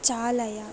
चालय